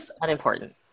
unimportant